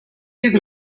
them